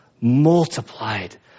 multiplied